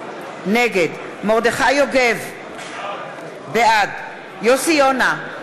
נגד מרדכי יוגב, בעד יוסי יונה,